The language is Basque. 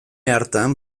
hartan